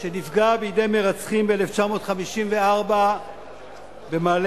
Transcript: שנפגע בידי מרצחים ב-1954 במעלה-עקרבים,